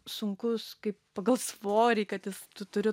sunkus kaip pagal svorį kad jis tu turi